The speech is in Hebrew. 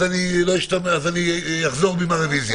אז אני אחזור בי מהרביזיה.